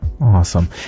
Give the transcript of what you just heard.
awesome